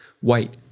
White